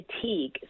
fatigue